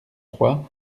trois